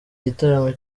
igitaramo